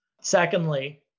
Secondly